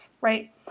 right